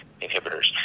inhibitors